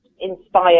inspired